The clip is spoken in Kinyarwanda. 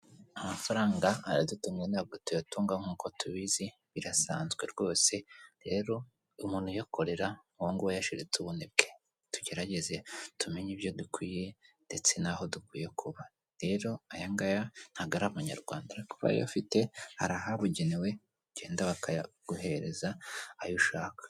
Amafaranga aradutunga ntabwo tuyatunga nk'uko tubizi birasanzwe rwose, rero umuntu uyakorera uwo nguwo aba yashiritse ubunebwe. Tugerageze tumenye ibyo dukwiye ndetse n'aho dukwiye kuba. Rero aya ngaya ntabwo ari amanyarwanda ariko ubaye uyafite, hari ahabugenewe ugenda bakayaguhereza ayo ushaka.